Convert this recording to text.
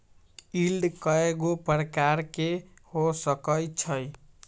yield कयगो प्रकार के हो सकइ छइ